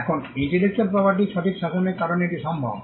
এখন intellectual property সঠিক শাসনের কারণে এটি সম্ভব